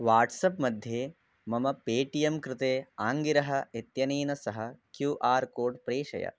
WhatsApp मध्ये मम Paytm कृते आङ्गिरः इत्यनेन सह क्यू आर् कोड् प्रेषय